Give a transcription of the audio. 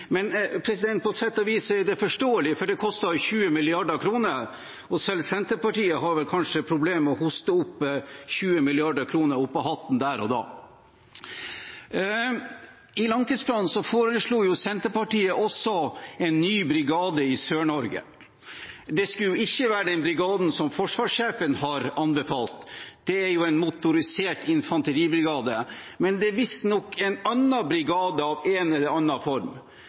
på sett og vis forståelig, for det koster 20 mrd. kr, og selv Senterpartiet har vel kanskje problemer med å hoste opp 20 mrd. kr der og da. I langtidsplanen foreslo Senterpartiet også en ny brigade i Sør-Norge. Det skulle ikke være den brigaden forsvarssjefen har anbefalt, det er jo en motorisert infanteribrigade, men visstnok en annen brigade av en eller annen form.